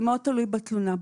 זה מאוד תלוי בתלונה.